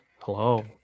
hello